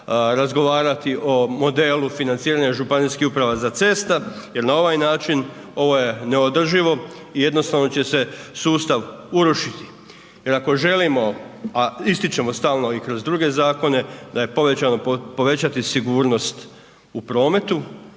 razgovarati o modelu financiranja županijskih uprava za ceste jer na ovaj način ovo je neodrživo i jednostavno će se sustav urušiti, jer ako želimo, a ističemo stalno i kroz druge zakone da je povećano, povećati sigurnost u prometu,